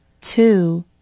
Two